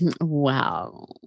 Wow